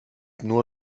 nur